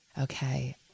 Okay